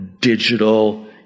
digital